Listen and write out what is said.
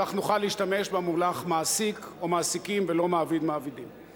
כך נוכל להשתמש במונח "מעסיק" או "מעסיקים" ולא "מעביד" או מעבידים".